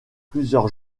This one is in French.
plusieurs